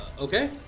Okay